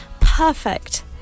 perfect